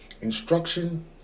instruction